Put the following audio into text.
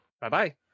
Bye-bye